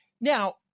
Now